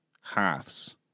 halves